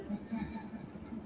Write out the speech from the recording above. mmhmm mm mm